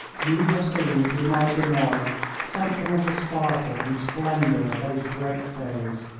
and you have seen through my dim eyes something of the sparkle and splendour of those great days,